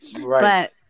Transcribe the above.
Right